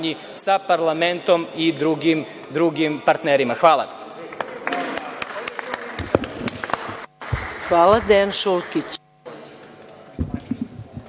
sa parlamentom i drugim partnerima. Hvala.